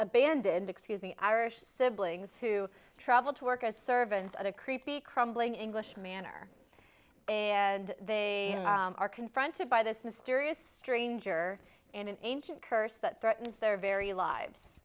abandoned excuse me irish siblings to travel to work as a servant at a creepy crumbling english manor and they are confronted by this mysterious stranger in an ancient curse that threatens their very lives